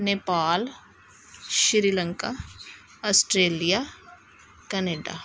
Nepal Sri Lanka Australia Canada